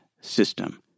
system